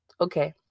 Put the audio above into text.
Okay